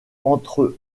entre